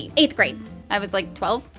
ah eighth grade i was like, twelve.